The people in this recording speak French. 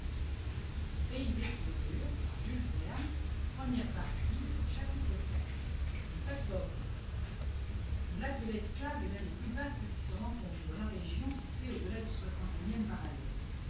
iv une factorerie le lac de l'esclave est l'un des plus vastes qui se rencontre dans la région située au-delà du soixante et unième parallèle